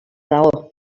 dago